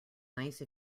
nice